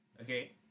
okay